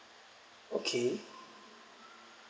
okay